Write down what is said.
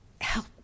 help